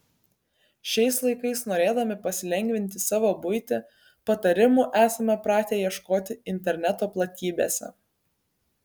šiais laikais norėdami pasilengvinti savo buitį patarimų esame pratę ieškoti interneto platybėse